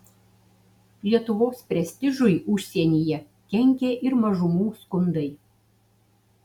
lietuvos prestižui užsienyje kenkė ir mažumų skundai